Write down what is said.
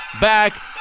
back